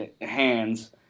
hands